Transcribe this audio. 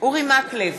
אורי מקלב,